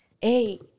hey